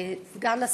סגן השר,